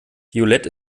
violett